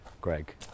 Greg